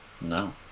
No